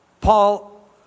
Paul